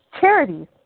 charities